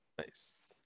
Nice